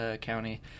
County